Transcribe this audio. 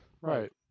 Right